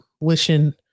wishing